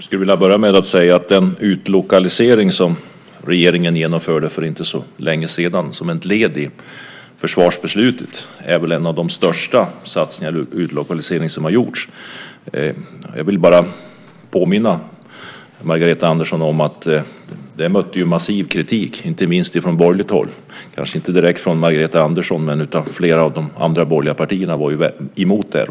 Fru talman! Jag skulle vilja börja med att säga att den utlokalisering som regeringen genomförde för inte så länge sedan som ett led i försvarsbeslutet väl är en av de största satsningar på utlokalisering som har gjorts. Jag vill bara påminna Margareta Andersson om att den ju mötte massiv kritik, inte minst från borgerligt håll - kanske inte direkt från Margareta Andersson, men flera av de andra borgerliga partierna var ju emot det här.